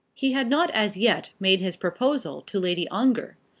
he had not as yet made his proposal to lady ongar,